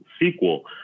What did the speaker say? sequel